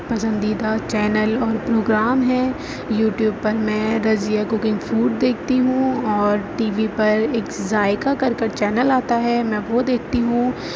پسندیدہ چینل اور پروگرام ہیں یوٹیوب پر میں رضیہ کوکنگ فوڈ دیکھتی ہوں اور ٹی وی پر ایک ذائقہ کر کر چینل آتا ہے میں وہ دیکھتی ہوں